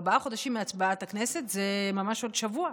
ארבעה חודשים מהצבעת הכנסת זה ממש עוד שבוע,